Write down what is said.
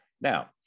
Now